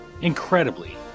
Incredibly